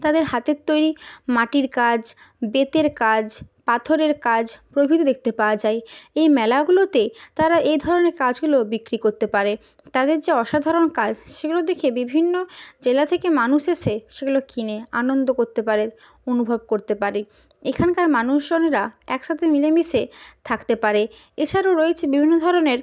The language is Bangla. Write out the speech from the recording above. তাদের হাতের তৈরি মাটির কাজ বেতের কাজ পাথরের কাজ প্রভৃতি দেখতে পাওয়া যায় এই মেলাগুলোতে তারা এ ধরনের কাজগুলো বিক্রি করতে পারে তাদের যে অসাধারণ কাজ সেগুলো দেখে বিভিন্ন জেলা থেকে মানুষ এসে সেগুলো কিনে আনন্দ করতে পারে অনুভব করতে পারে এখানকার মানুষজনেরা একসাথে মিলেমিশে থাকতে পারে এছাড়াও রয়েছে বিভিন্ন ধরনের